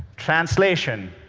translation.